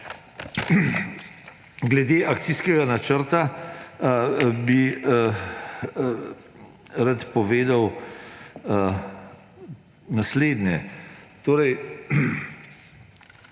Glede akcijskega načrta bi rad povedal naslednje.